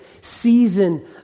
season